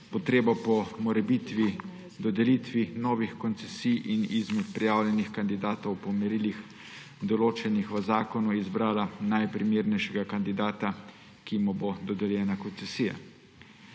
potrebo po morebitni dodelitvi novih koncesij in izmed prijavljenih kandidatov po merilih, določenih v zakonu, izbrala najprimernejšega kandidata, ki mu bo dodeljena koncesija.